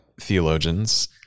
theologians